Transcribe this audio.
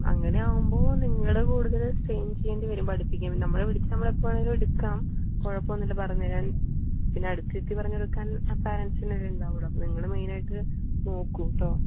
മ് അങ്ങനെയാകുമ്പോൾ നിങ്ങൾ കൂടുതൽ സ്ട്രെയിൻ ചെയ്യേണ്ടി വരും പഠിപ്പിക്കാൻ നമ്മളെ വിളിച്ചാൽ നമ്മൾ എപ്പോൾ വേണമെങ്കിലും എടുക്കാം കുഴപ്പമൊന്നുമില്ല പറഞ്ഞുതരാൻ പിന്നെ അടുത്തിരുത്തി പറഞ്ഞുകൊടുക്കാൻ പാരെന്റ്സ് തന്നെയല്ലേ ഉണ്ടാവുള്ളൂ അപ്പോൾ നിങ്ങൾ മെയിൻ ആയിട്ട് നോക്കൂ കേട്ടോ